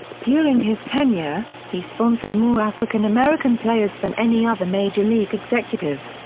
during his tenure, he sponsored more african american players than any other major league executive.